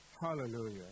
Hallelujah